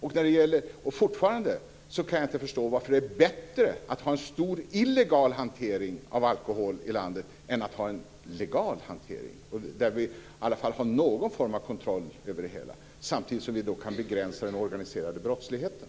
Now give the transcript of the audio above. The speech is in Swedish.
Jag kan fortfarande inte förstå varför det är bättre att ha en stor illegal hantering av alkohol i landet än att ha en legal hantering, där vi i alla fall har någon form av kontroll över det hela, samtidigt som vi kan begränsa den organiserade brottsligheten.